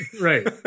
right